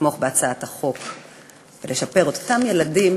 לתמוך בהצעת החוק כדי שאותם ילדים